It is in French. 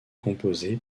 composées